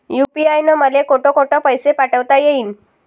UPI न मले कोठ कोठ पैसे पाठवता येईन?